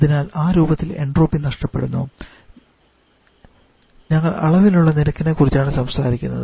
അതിനാൽ ആ രൂപത്തിൽ എൻട്രോപ്പി നഷ്ടപ്പെടുന്നു ഞങ്ങൾ അളവിലുള്ള നിരക്കിനെക്കുറിച്ചാണ് സംസാരിക്കുന്നത്